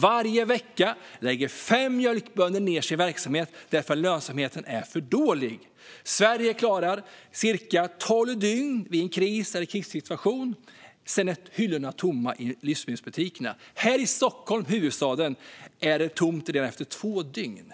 Varje vecka lägger fem mjölkbönder ned sin verksamhet, därför att lönsamheten är för dålig. Sverige klarar cirka tolv dygn vid en kris eller krigssituation och sedan är hyllorna tomma i livsmedelsbutikerna. Här i Stockholm, huvudstaden, kommer de att vara tomma redan efter två dygn.